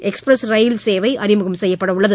express rail சேவை அறிமுகம் செய்யப்படவுள்ளது